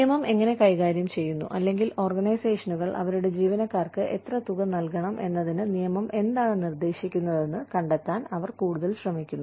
നിയമം എങ്ങനെ കൈകാര്യം ചെയ്യുന്നു അല്ലെങ്കിൽ ഓർഗനൈസേഷനുകൾ അവരുടെ ജീവനക്കാർക്ക് എത്ര തുക നൽകണം എന്നതിന് നിയമം എന്താണ് നിർദ്ദേശിക്കുന്നതെന്ന് കണ്ടെത്താൻ അവർ കൂടുതൽ ശ്രമിക്കുന്നു